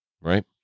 Right